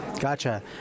Gotcha